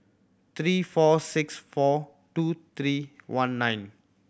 three four six four two three one nine